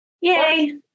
Yay